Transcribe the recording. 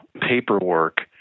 paperwork